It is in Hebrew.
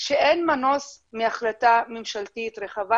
אני מהרשות למאבק באלימות,